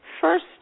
first